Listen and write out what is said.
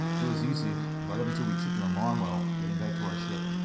it was easy, right up until we tripped an alarm while getting back to our ship.